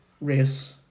race